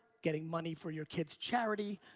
getting money for your kid's charity,